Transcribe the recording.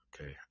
Okay